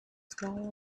smaller